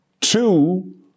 Two